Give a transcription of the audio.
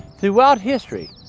throughout history,